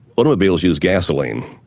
automobiles use gasoline,